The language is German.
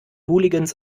hooligans